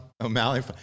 O'Malley